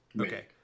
Okay